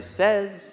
says